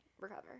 recover